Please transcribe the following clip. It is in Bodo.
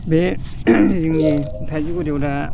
बे जोंनि थाइजौगुरियाव दा